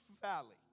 valley